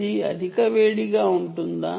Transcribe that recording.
అది అధిక వేడిగా ఉంటుందా